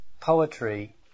poetry